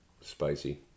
Spicy